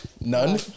None